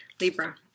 Libra